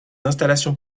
installations